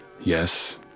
Yes